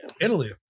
Italy